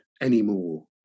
anymore